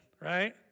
right